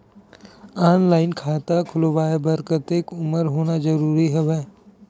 Online खाता खुलवाय बर कतेक उमर होना जरूरी हवय?